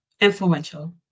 Influential